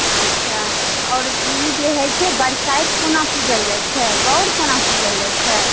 अच्छा आओर ई जे होइत छै बरसाइत कोना पूजल जाइत गौड़ कोना पूजल जाइत छै